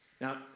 Now